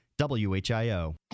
WHIO